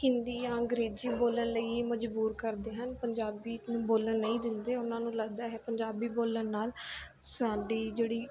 ਹਿੰਦੀ ਜਾਂ ਅੰਗਰੇਜ਼ੀ ਬੋਲਣ ਲਈ ਮਜਬੂਰ ਕਰਦੇ ਹਨ ਪੰਜਾਬੀ ਨੂੰ ਬੋਲਣ ਨਹੀਂ ਦਿੰਦੇ ਉਹਨਾਂ ਨੂੰ ਲੱਗਦਾ ਹੈ ਪੰਜਾਬੀ ਬੋਲਣ ਨਾਲ ਸਾਡੀ ਜਿਹੜੀ